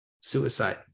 suicide